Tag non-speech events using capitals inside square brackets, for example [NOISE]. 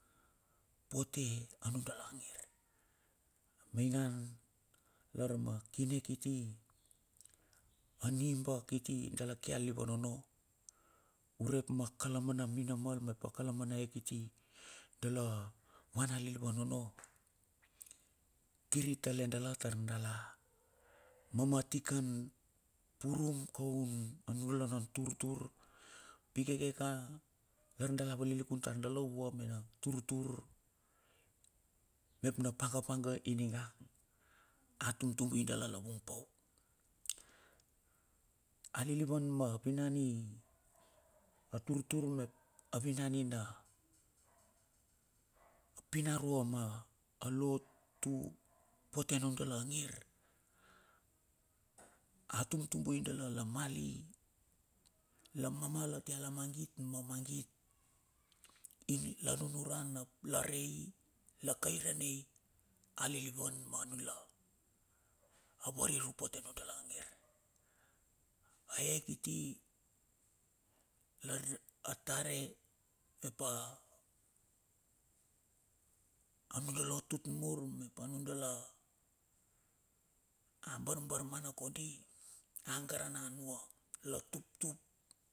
Pote a nudala ngir. A maingan lar ma kine kiti, aniba kiti dala ke aliliva onno urep ma kalaman minamal mep kala mana ae kiti dala wan alilivan onno. Kir i tete dala tar dala mama tikan purum kaun nudala na turtur pi ikekeka lar dala valilikun tar dala vua me na turtur mep na panga panga ininga mep a tumtabui dala la vung pauk. Alilivan ma vinan i [NOISE] aturtur mep a vinanina pinarua ma a lotu pote a nudala ngir. A tumtubui dala la mal i, la mamal a tia lamagit ma magit ing la nunuran ap larei, lakaira na lilivan ma nila avariru pote a nudala ngir. Ae kiti lar atare mep a nadala tut mur, mep nuolala a barbar mana kondi a gara na nua la tuptup.